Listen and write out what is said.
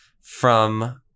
from-